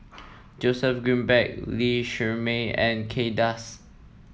Joseph Grimberg Lee Shermay and Kay Das